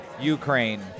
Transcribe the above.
Ukraine